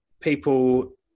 people